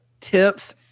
tips